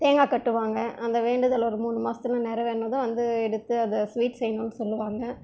தேங்காய் கட்டுவாங்க அந்த வேண்டுதல் ஒரு மூணு மாசத்தில் நிறைவேறினதும் வந்து எடுத்து அதை ஸ்வீட் செய்யணும்னு சொல்வாங்க